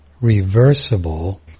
reversible